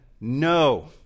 no